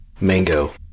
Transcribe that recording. mango